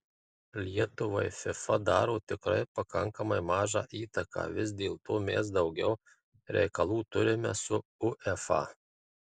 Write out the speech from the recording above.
lietuvai fifa daro tikrai pakankamai mažą įtaką vis dėlto mes daugiau reikalų turime su uefa